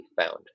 found